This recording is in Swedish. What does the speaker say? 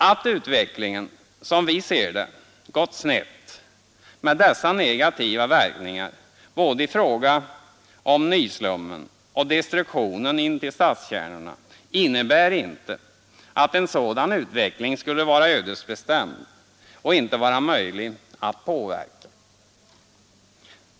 Att utvecklingen, som vi ser det, har gått snett med dessa negativa verkningar i fråga om både nyslummen och destruktionen intill stadskärnorna innebär inte att en sådan utveckling skulle vara ödesbestämd och omöjlig att påverka.